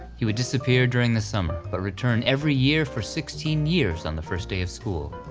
he would disappear during the summer but returned every year for sixteen years on the first day of school.